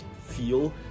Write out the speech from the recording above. feel